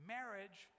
Marriage